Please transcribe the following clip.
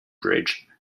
bridge